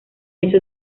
eso